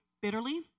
bitterly